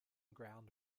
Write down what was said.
ground